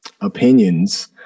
opinions